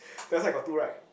their side got two right